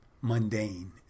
mundane